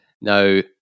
Now